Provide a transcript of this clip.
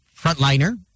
frontliner